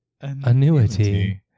annuity